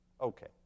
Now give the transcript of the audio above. Okay